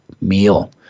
meal